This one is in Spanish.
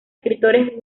escritores